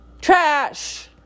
trash